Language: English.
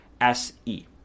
SE